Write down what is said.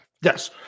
Yes